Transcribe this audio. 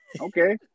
okay